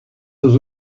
aux